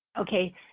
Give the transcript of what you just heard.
Okay